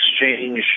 exchange